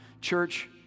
Church